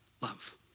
love